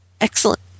Excellent